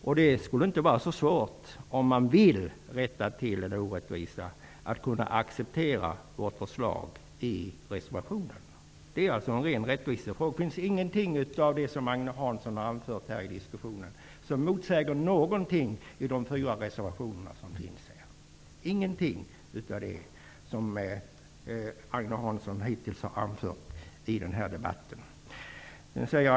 Om man verkligen vill rätta till en orättvisa skulle det inte vara så svårt att acceptera vårt förslag i reservationen. Det är en ren rättvisefråga. Ingenting av det som Agne Hansson har framfört i diskussionen motsäger någonting av det som sägs i våra fyra reservationer.